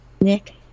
Nick